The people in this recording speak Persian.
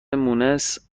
مونس